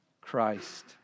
Christ